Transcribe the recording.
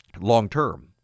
long-term